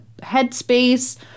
headspace